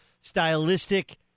stylistic